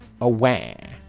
away